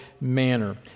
manner